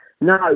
no